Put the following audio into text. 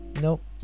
Nope